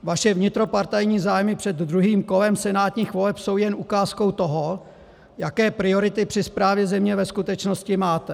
Vaše vnitropartajní zájmy před druhým kolem senátních voleb jsou jen ukázkou toho, jaké priority při správě země ve skutečnosti máte.